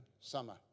summer